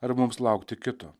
ar mums laukti kito